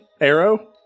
arrow